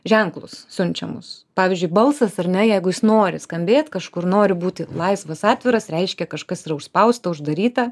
ženklus siunčiamus pavyzdžiui balsas ar ne jeigu jis nori skambėt kažkur nori būti laisvas atviras reiškia kažkas yra užspausta uždaryta